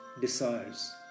desires